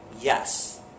Yes